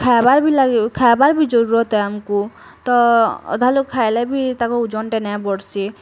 ଖାଏବାର୍ ବି ଲାଗି ଖାଏବାର୍ ବି ଜରୁରତ୍ ଆଏ ଆମକୁ ତ ଅଧା ଲୋକ୍ ଖାଏଲେ ବି ତାକଁର୍ ଓଜନ୍ ଟା ନାଇଁ ବଢ଼୍ସି